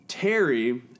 Terry